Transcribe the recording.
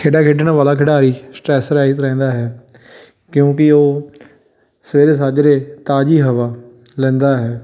ਖੇਡਾਂ ਖੇਡਣ ਵਾਲਾ ਖਿਡਾਰੀ ਸਟ੍ਰੈੱਸ ਰਹਿਤ ਰਹਿੰਦਾ ਹੈ ਕਿਉਂਕਿ ਉਹ ਸਵੇਰੇ ਸੱਜਰੇ ਤਾਜ਼ੀ ਹਵਾ ਲੈਂਦਾ ਹੈ